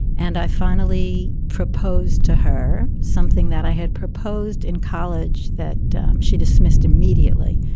and i finally proposed to her something that i had proposed in college that she dismissed immediately,